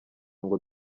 ngo